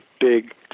big